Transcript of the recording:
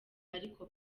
ariko